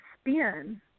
spin